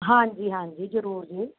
ਹਾਂਜੀ ਹਾਂਜੀ ਜ਼ਰੂਰ ਜੀ